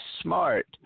smart